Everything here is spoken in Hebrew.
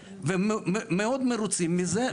ומאוד מרוצים מזה,